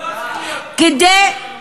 כדי,